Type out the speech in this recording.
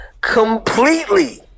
completely